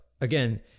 again